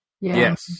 Yes